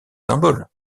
symboles